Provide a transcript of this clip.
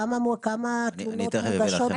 כמה תלונות מוגשות בנושא הזה.